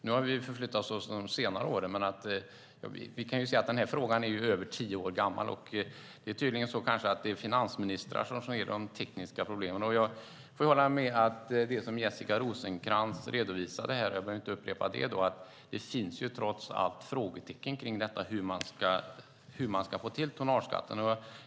Nu har vi förflyttat oss de senaste åren, men vi kan ju se att den frågan är över tio år gammal. Det kanske är så att det är finansministrar som är de tekniska problemen. Jag får hålla med om det som Jessica Rosencrantz redovisade. Jag behöver inte upprepa det, men det finns trots allt frågetecken kring hur man ska få till tonnageskatten.